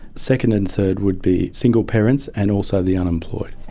second and third would be single parents and also the unemployed.